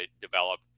develop